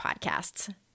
podcasts